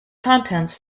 contents